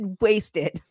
wasted